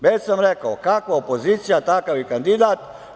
Već sam rekao, kakva opozicija, takav i kandidat.